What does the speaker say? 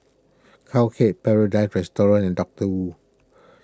Cowhead Paradise Restaurant and Doctor Wu